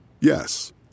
Yes